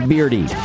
Beardy